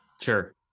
Sure